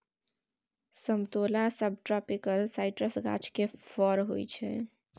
समतोला सबट्रापिकल साइट्रसक गाछ केर फर होइ छै